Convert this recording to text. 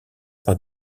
par